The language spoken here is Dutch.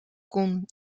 kon